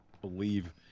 believe